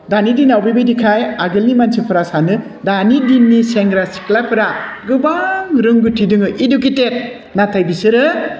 दानि दिनाव बेबायदिखाय आगोलनि मानसिफ्रा सानो दानि दिननि सेंग्रा सिख्लाफ्रा गोबां रोंगौथि दङ एडुकेटेड नाथाय बिसोरो